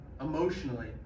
emotionally